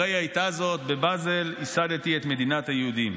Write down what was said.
הרי הייתה זו: בבזל ייסדתי את מדינת היהודים.